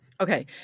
Okay